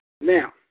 Now